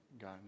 God